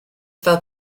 fel